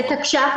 בתקש"ח,